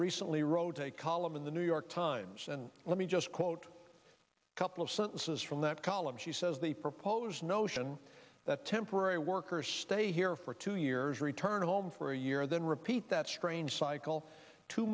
recently wrote a column in the new york times and let me just quote a couple of sentences from that column she says the proposed notion that temporary workers stay here for two years return home for a year then repeat that strange cycle two